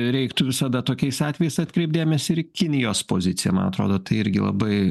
reiktų visada tokiais atvejais atkreipt dėmesį ir į kinijos poziciją man atrodo tai irgi labai